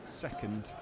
second